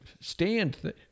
stand